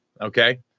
Okay